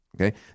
okay